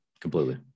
completely